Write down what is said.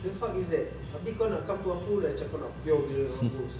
the fuck is that abeh kau nak come to aku like macam kau nak pure gila nak mampus